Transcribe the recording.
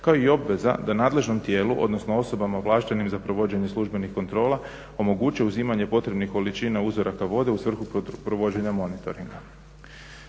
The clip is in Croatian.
kao i obveza da nadležnom tijelu, odnosno osobama ovlaštenim za provođenje službenih kontrola omoguće uzimanje potrebnih količina uzoraka vode u svrhu provođenja monitoringa.